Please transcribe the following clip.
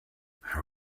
how